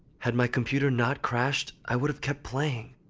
had my computer not crashed, i would have kept playing.